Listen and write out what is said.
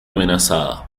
amenazada